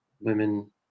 women